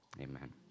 Amen